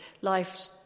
life